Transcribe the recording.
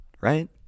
right